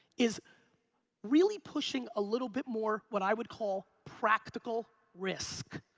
is really pushing a little bit more what i would call practical risk.